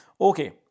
Okay